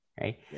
right